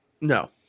No